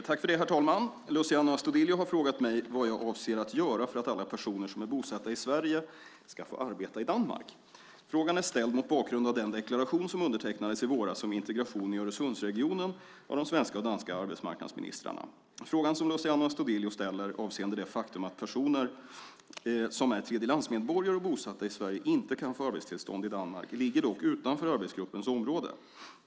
Herr talman! Luciano Astudillo har frågat mig vad jag avser att göra för att alla personer som är bosatta i Sverige ska få arbeta i Danmark. Frågan är ställd mot bakgrund av den deklaration som undertecknades i våras om integration i Öresundsregionen av de svenska och danska arbetsmarknadsministrarna. Frågan som Luciano Astudillo ställer avseende det faktum att personer som är tredjelandsmedborgare och bosatta i Sverige inte kan få arbetstillstånd i Danmark ligger dock utanför arbetsgruppens område.